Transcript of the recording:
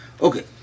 Okay